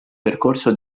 percorso